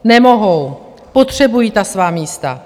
Nemohou, potřebují ta svá místa.